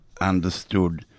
understood